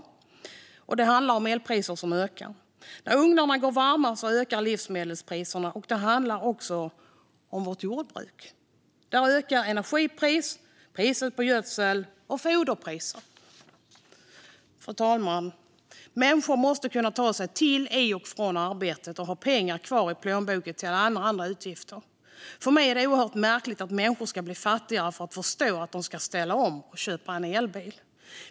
Det handlar alltså om elpriserna som ökar. När ugnarna går varma ökar livsmedelspriserna. Det handlar också om vårt jordbruk. Där ökar energipriset, priset på gödsel och foderpriserna. Fru talman! Människor måste kunna ta sig till och från arbetet och kunna ta sig fram i sitt arbete och ändå ha pengar kvar i plånboken till alla andra utgifter. För mig är det oerhört märkligt att människor ska behöva bli fattigare för att man ska få dem att förstå att de ska ställa om och köpa en elbil.